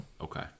Okay